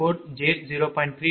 u